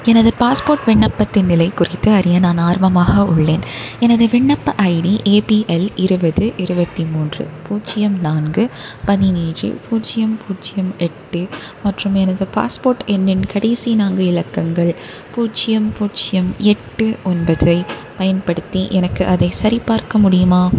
எனது பாஸ்போர்ட் விண்ணப்பத்தின் நிலை குறித்து அறிய நான் ஆர்வமாக உள்ளேன் எனது விண்ணப்ப ஐடி ஏ பி எல் இருபது இருபத்தி மூன்று பூஜ்ஜியம் நான்கு பதினேழு பூஜ்ஜியம் பூஜ்ஜியம் எட்டு மற்றும் எனது பாஸ்போர்ட் எண்ணின் கடைசி நான்கு இலக்கங்கள் பூஜ்ஜியம் பூஜ்ஜியம் எட்டு ஒன்பதைப் பயன்படுத்தி எனக்கு அதைச் சரிபார்க்க முடியுமா